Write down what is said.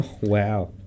wow